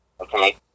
okay